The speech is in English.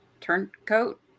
turncoat